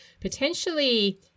potentially